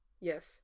Yes